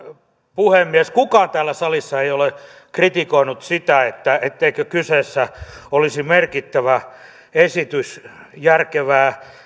puhemies kukaan täällä salissa ei ole kritikoinut sitä etteikö kyseessä olisi merkittävä esitys järkevää